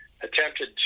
Attempted